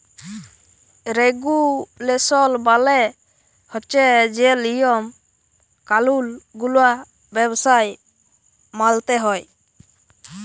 রেগুলেসল মালে হছে যে লিয়ম কালুল গুলা ব্যবসায় মালতে হ্যয়